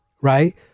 right